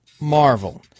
Marvel